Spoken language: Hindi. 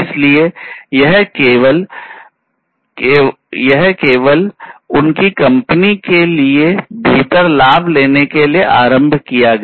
इसलिए यह केवल के लिये उनकी कंपनी के भीतर लाभ लेने के लिए आरंभ किया गया